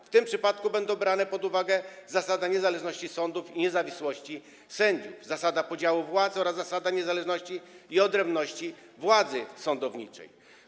W tym przypadku będą brane pod uwagę zasada niezależności sądów i niezawisłości sędziów, zasada podziału władz oraz zasada niezależności i odrębności władzy sądowniczej.